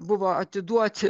buvo atiduoti